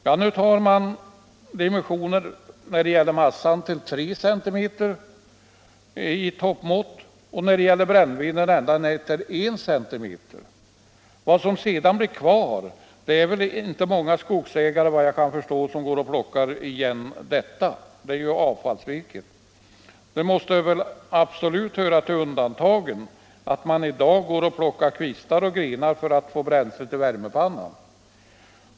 Ja, nu tar man när det gäller massan dimensioner ned till 3 cm i toppmått och när det gäller brännveden ända ned till I cm. Det som sedan blir kvar är det, såvitt jag kan förstå, inte många skogsägare som går och plockar upp — det är ju avfallsvirke. Det måste absolut höra till undantagen att man i dag går och plockar kvistar och grenar för att få bränsle till värmepannan.